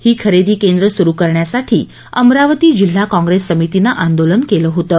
ही खरेदी केंद्र सुरु करण्यासाठी अमरावती जिल्हा काँप्रेस समितीनं आंदोलन केलं होतं